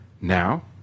Now